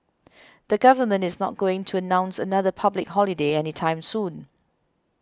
the government is not going to announce another public holiday anytime soon